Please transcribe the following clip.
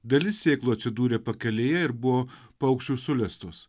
dalis sėklų atsidūrė pakelėje ir buvo paukščių sulestos